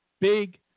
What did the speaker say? Big